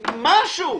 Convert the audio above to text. משהו.